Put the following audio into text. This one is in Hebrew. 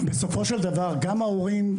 בסופו של דבר גם ההורים,